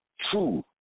true